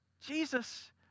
Jesus